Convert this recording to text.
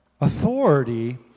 Authority